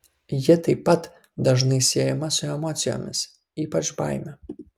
ji taip pat dažnai siejama su emocijomis ypač baime